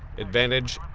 advantage,